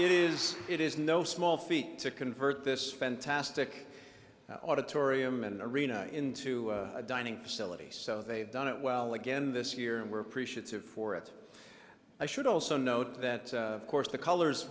it is it is no small feat to convert this fantastic auditorium and arena into a dining facility so they've done it well again this year and we're appreciative for it i should also note that course the colors